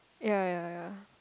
ya ya ya